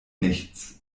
nichts